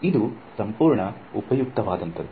ಅದು ಸಂಪೂರ್ಣ ಉಪಯುಕ್ತವಾಗಿದೆ